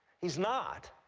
he's not.